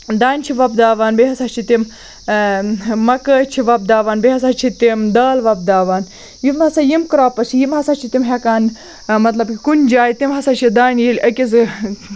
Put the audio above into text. دانہِ چھِ وۄپداوان بیٚیہِ ہَسا چھِ تِم مَکٲے چھِ وۄپداوان بیٚیہِ ہَسا چھِ تِم دال وۄپداوان یِم ہَسا یِم کرٛاپٕس چھِ یِم ہَسا چھِ تِم ہٮ۪کان مطلب کُنہِ جایہِ تِم ہَسا چھِ دانہِ ییٚلہِ أکِس